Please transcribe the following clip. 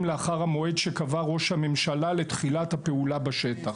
לאחר המועד שקבע ראש הממשלה לתחילת הפעולה בשטח.